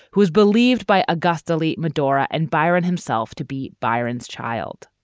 who is believed by agusta, lee, medora and byron himself to be byron's child.